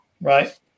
right